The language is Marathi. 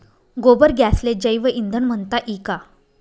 गोबर गॅसले जैवईंधन म्हनता ई का?